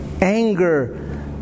anger